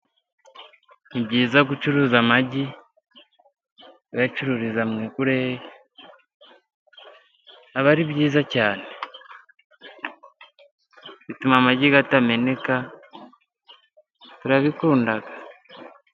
Ni byiza gucuruza amagi uyacururiza mu ikureyi, aba ari byiza cyane bituma amagi atameneka turabikunda.